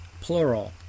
plural